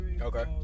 okay